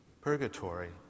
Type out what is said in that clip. Purgatory